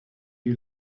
you